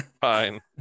Fine